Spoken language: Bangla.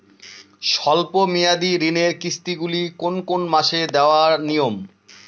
স্বল্প মেয়াদি ঋণের কিস্তি গুলি কোন কোন মাসে দেওয়া নিয়ম?